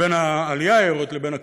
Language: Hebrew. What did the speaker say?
לבין הקליטה.